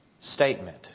statement